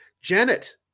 Janet